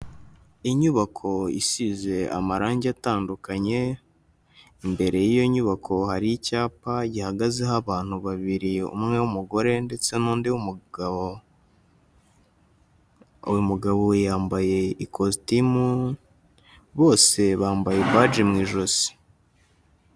Inyubako isize amarangi atandukanye, imbere y'iyo nyubako hari icyapa gihagazeho abantu babiri, umwe w'umugore ndetse n'undi w'umugabo, uyu mugabo yambaye ikositimu, bose bambaye baji mu ijosi.